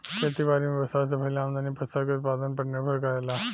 खेती बारी में व्यवसाय से भईल आमदनी व्यवसाय के उत्पादन पर निर्भर करेला